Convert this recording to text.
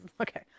okay